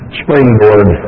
springboard